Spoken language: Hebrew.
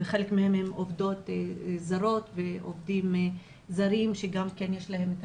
חלק מהם הם עובדים זרים שיש להם את